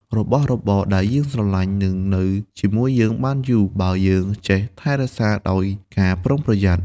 របស់របរដែលយើងស្រឡាញ់ នឹងនៅជាមួយយើងបានយូរ បើយើងចេះថែរក្សាដោយការប្រុងប្រយ័ត្ន។